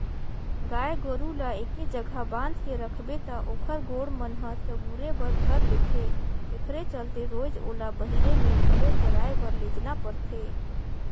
गाय गोरु ल एके जघा बांध के रखबे त ओखर गोड़ मन ह चगुरे बर धर लेथे तेखरे चलते रोयज ओला बहिरे में घलो चराए बर लेजना परथे